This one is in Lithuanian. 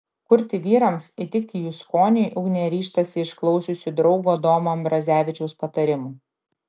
kurti vyrams įtikti jų skoniui ugnė ryžtasi išklausiusi draugo domo ambrazevičiaus patarimų